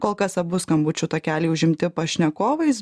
kol kas abu skambučių takeliai užimti pašnekovais